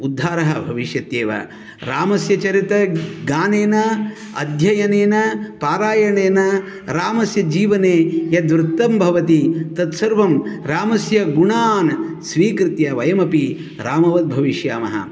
उद्धारः भविष्यत्येव रामस्य चरितगानेन अध्ययनेन पारायणेन रामस्य जीवने यद्वृत्तं भवति तत् सर्वं रामस्य गुणान् स्वीकृत्य वयमपि रामवद्भविष्यामः